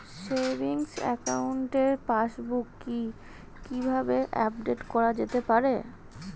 Savings একাউন্টের passbook কি কিভাবে আপডেট করা যেতে পারে?